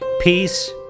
Peace